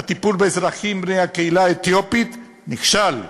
הטיפול באזרחים בני הקהילה האתיופית: נכשל,